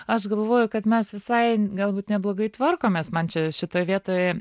aš galvoju kad mes visai galbūt neblogai tvarkomės man čia šitoj vietoj